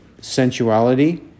sensuality